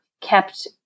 kept